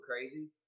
crazy